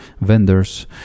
vendors